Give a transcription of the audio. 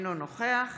אינו נוכח